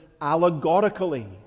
allegorically